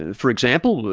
and for example,